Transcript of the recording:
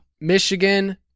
Michigan